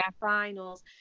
finals